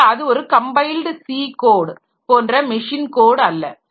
எனவே அது ஒரு கம்பைல்டு C கோட் போன்ற மெஷின் கோட் அல்ல